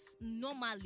normally